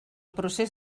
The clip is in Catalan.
procés